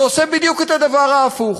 שעושה בדיוק את הדבר ההפוך: